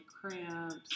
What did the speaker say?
cramps